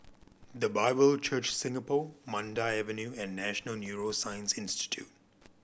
The Bible Church Singapore Mandai Avenue and National Neuroscience Institute